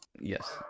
Yes